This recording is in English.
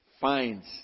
finds